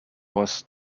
was